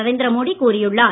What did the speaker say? நரேந்திர மோடி கூறியுள்ளார்